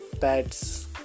pets